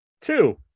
two